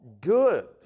good